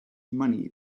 money